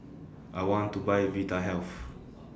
I want to Buy Vitahealth